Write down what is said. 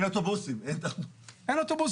אין אוטובוסים עכשיו.